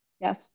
Yes